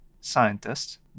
scientists